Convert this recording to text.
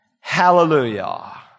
hallelujah